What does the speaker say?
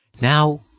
Now